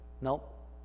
Nope